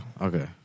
okay